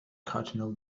cardinal